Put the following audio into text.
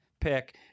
pick